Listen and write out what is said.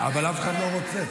אבל אף אחד לא רוצה.